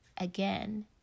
again